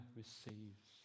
receives